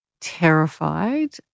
terrified